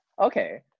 okay